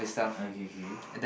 okay okay